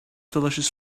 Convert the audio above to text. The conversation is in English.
delicious